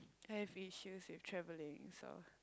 I have issues with travelling so